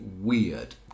weird